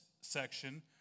section